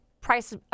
price